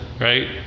right